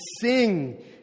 sing